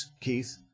Keith